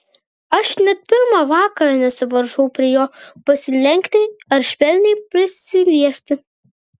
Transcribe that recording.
aš net pirmą vakarą nesivaržau prie jo pasilenkti ar švelniai prisiliesti